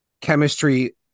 chemistry